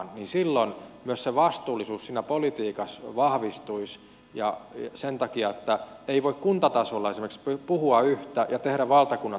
silloin myös vastuullisuus politiikassa vahvistuisi sen takia että ei voi kuntatasolla esimerkiksi puhua yhtä ja tehdä valtakunnan tasolla toista